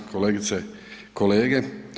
Kolegice i kolege.